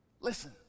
Listen